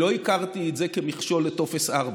לא הכרתי את זה כמכשול לטופס 4,